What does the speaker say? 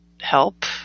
help